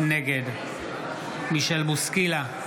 נגד מישל בוסקילה,